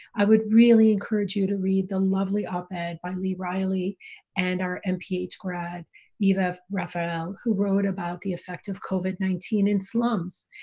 i would really encourage you to read the lovely op-ed by by lee riley and our mph grad eva raphael, who wrote about the effect of covid nineteen in slums,